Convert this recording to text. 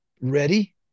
ready